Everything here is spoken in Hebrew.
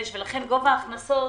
לכן גובה ההכנסות